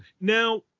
now